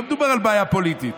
לא מדובר על בעיה פוליטית.